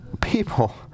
people